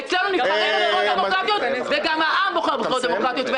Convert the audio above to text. אצלנו נבחרים בבחירות דמוקרטיות וגם העם בוחר בבחירות דמוקרטיות,